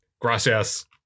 gracias